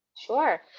Sure